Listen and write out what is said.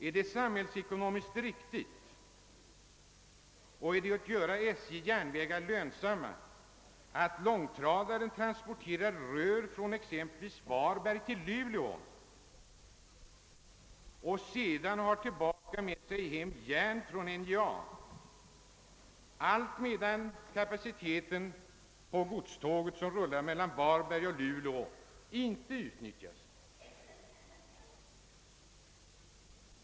är det samhällsekonomiskt riktigt och är det att göra SJ:s järnvägar lönsamma att långtradaren transporterar rör från exempelvis Varberg till Luleå och har med sig tillbaka järn från NJA, allt medan kapaciteten på godståg, som rullar mellan Varberg och Luleå, inte utnyttjas?